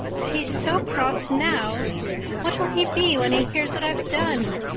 if he's so cross now what will he be when he hears what i've done,